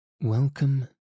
Welcome